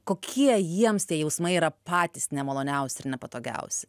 kokie jiems tie jausmai yra patys nemaloniausi ir nepatogiausi